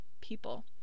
people